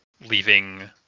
leaving